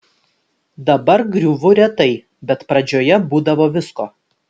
dabar griūvu retai bet pradžioje būdavo visko